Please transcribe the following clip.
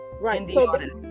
Right